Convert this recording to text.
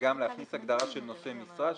וגם להכניס הגדרה של "נושא משרה",